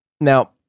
now